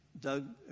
Doug